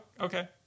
okay